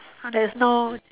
there's no